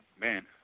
man